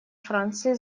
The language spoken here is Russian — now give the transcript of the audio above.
франции